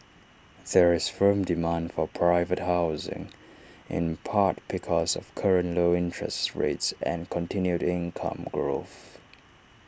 there is firm demand for private housing in part because of current low interest rates and continued income growth